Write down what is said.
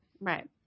right